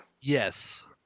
Yes